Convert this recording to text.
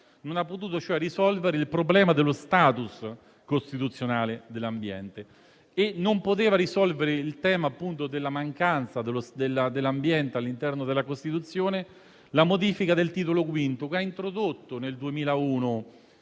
non ha potuto cioè risolvere il problema dello *status* costituzionale dell'ambiente. E non poteva risolvere il tema della mancanza dell'ambiente all'interno della Costituzione la modifica del Titolo V, che ha introdotto nel 2001